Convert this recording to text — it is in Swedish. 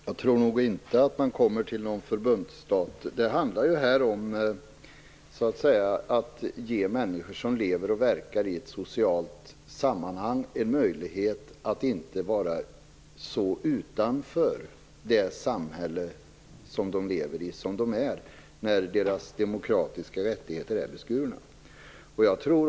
Herr talman! Jag tror nog inte att det leder till någon förbundsstat. Det handlar ju om att ge människor som lever och verkar i ett socialt sammanhang en möjlighet att inte vara så utanför det samhälle som de lever i som de är när deras demokratiska rättigheter är beskurna.